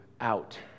out